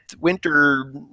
winter